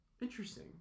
interesting